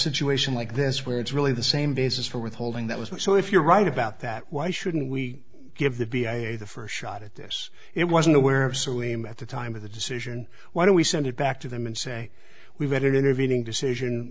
situation like this where it's really the same basis for withholding that was what so if you're right about that why shouldn't we give the b i the first shot at this it wasn't aware of so him at the time of the decision why don't we send it back to them and say we've had an intervening decision